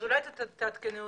אולי תעדכני אותי?